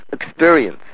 experience